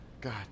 God